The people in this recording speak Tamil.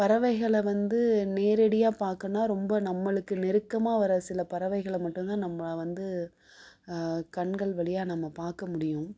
பறவைகளை வந்து நேரடியாக பார்க்குன்னா ரொம்ப நம்மளுக்கு நெருக்கமாக வர்ற சில பறவைகளை மட்டும் தான் நம்ம வந்து கண்கள் வழியா நம்ம பார்க்க முடியும்